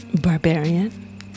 Barbarian